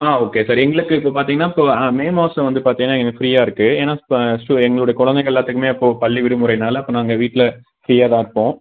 ஆ okay sir எங்களுக்கு இப்போ பார்த்தீங்கன்னா ஸோ ஆ மே மாதம் வந்து பார்த்தீங்கன்னா எங்களுக்கு ஃப்ரீயாக இருக்குது ஏனால் எங்களோடய கொழந்தைங்க எல்லாத்துக்குமே அப்போது பள்ளி விடுமுறைனால் அப்போ நாங்கள் வீட்டில் ஃப்ரீயாக தான் இருப்போம்